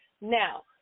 Now